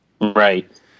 Right